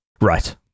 right